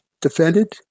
defended